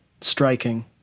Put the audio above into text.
striking